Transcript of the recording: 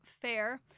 fair